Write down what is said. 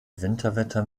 winterwetter